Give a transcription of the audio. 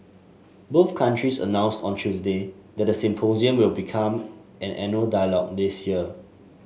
both countries announced on Tuesday that the symposium will become an annual dialogue this year